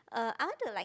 uh I want to like